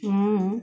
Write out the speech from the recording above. ମୁଁ